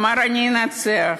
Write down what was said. אמר: אני אנצח,